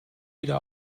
wieder